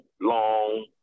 long